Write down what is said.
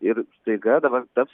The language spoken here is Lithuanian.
ir staiga dabar taps